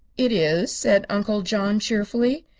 it is, said uncle john, cheerfully.